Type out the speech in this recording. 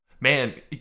Man